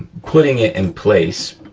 putting it in place,